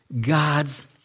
God's